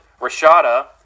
Rashada